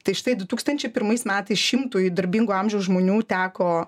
tai štai du tūkstančiai pirmais metais šimtui darbingo amžiaus žmonių teko